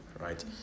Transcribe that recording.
right